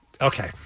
Okay